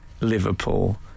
Liverpool